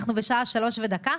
אנחנו בשעה שלוש ודקה.